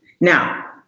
Now